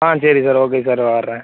ஆ சரி sir okay sir வரேன்